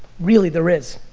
really, there is.